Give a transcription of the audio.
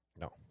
No